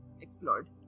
explored